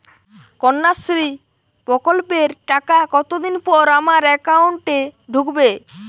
কন্যাশ্রী প্রকল্পের টাকা কতদিন পর আমার অ্যাকাউন্ট এ ঢুকবে?